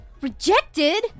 Rejected